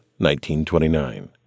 1929